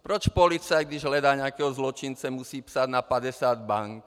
Proč policajt, když hledá nějakého zločince, musí psát na padesát bank?